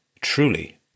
truly